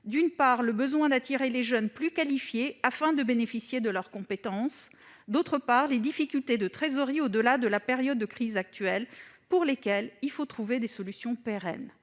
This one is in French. d'une part, le besoin d'attirer les jeunes plus qualifiés afin de bénéficier de leurs compétences ; d'autre part, les difficultés de trésorerie au-delà de la période de crise actuelle, pour lesquelles il faut trouver des solutions pérennes.